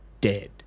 dead